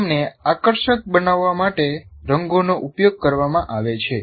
તેમને આકર્ષક બનાવવા માટે રંગોનો ઉપયોગ કરવામાં આવે છે